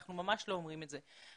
אנחנו ממש לא אומרים את זה,